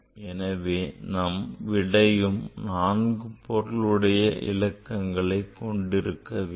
எனவே நம் விடையும் 4 பொருளுடைய இலக்கங்களைக் கொண்டிருக்க வேண்டும்